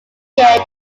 year